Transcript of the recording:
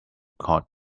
court